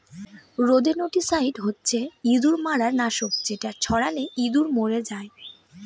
rodenticide হচ্ছে ইঁদুর মারার নাশক যেটা ছড়ালে ইঁদুর মরে যায়